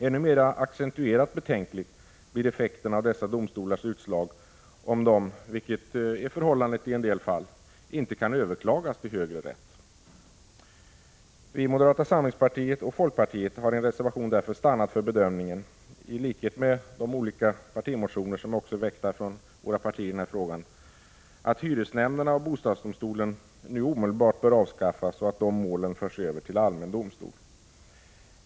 Ännu mer accentuerat betänkliga blir effekterna av dessa domstolars utslag om de, vilket är förhållandet i en del fall, inte kan överklagas till högre rätt. Moderaterna och folkpartiet har i en reservation därför stannat för bedömningen, i likhet med de olika partimotioner som väckts av våra partier i frågan, att hyresnämnderna och bostadsdomstolen omedelbart bör avskaffas och att dessa mål förs över till allmän domstol.